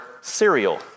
cereal